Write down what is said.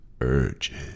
urges